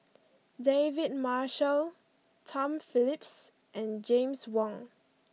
David Marshall Tom Phillips and James Wong